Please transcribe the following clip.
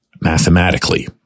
mathematically